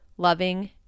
loving